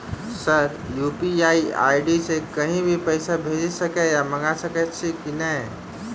Sir UPI ID सँ कहि भी पैसा भेजि सकै या मंगा सकै छी की न ई?